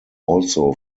also